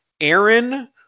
Aaron